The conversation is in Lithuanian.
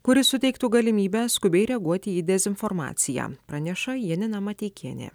kuri suteiktų galimybę skubiai reaguoti į dezinformaciją praneša janina mateikienė